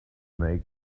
snake